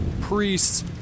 priests